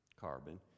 carbon